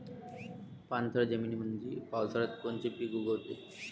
पाणथळ जमीनीमंदी पावसाळ्यात कोनचे पिक उगवते?